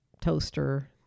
toaster